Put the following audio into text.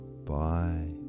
Bye